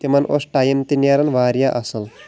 تِمن اوس ٹایم تہِ نیران واریاہ اَصل